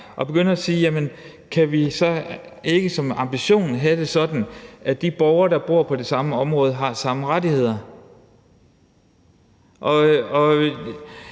og begynde at spørge: Kan vi ikke have som ambition, at de borgere, der bor i det samme område, har samme rettigheder?